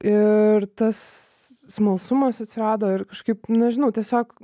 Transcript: ir tas smalsumas atsirado ir kažkaip nežinau tiesiog